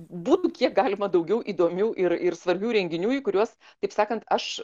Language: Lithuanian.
būtų kiek galima daugiau įdomių ir ir svarbių renginių į kuriuos taip sakant aš